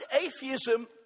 atheism